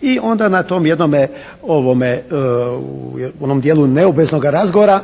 I onda na tom jednom onom dijelu neobaveznog razgovora